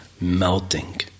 melting